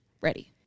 Ready